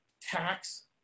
tax